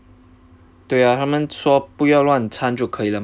对啊他们说不要乱参就可以了嘛